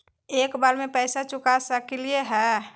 एक बार में पैसा चुका सकालिए है?